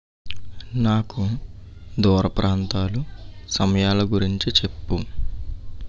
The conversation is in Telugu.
నాకు దూర ప్రాంతాలు సమయాల గురించి చెప్పు